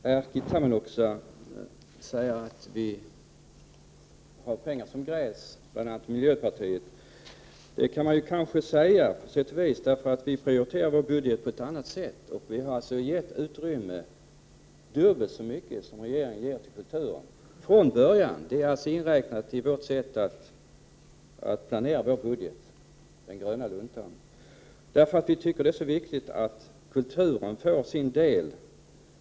Herr talman! Erkki Tammenoksa säger att bl.a. miljöpartiet har pengar som gräs. Det kan man på sätt och vis säga, därför att vi prioriterar på ett annat sätt i vår budget. Vi har från början gett dubbelt så mycket utrymme som regeringen ger till kulturen — det är alltså inräknat i vårt sätt att planera vår budget, den gröna luntan. Vi tycker att det är mycket viktigt att kulturen får sin del.